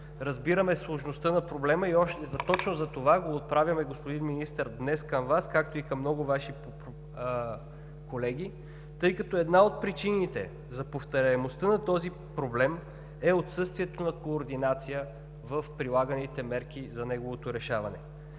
Разбираме сложността на проблема. Точно затова го отправяме, господин Министър, днес към Вас, както и към много Ваши колеги, тъй като една от причините за повторяемостта на този проблем е отсъствието на координация в прилаганите мерки за неговото решаване.